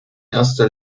erster